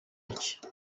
mike